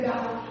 God